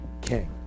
king